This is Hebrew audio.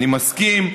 אני מסכים,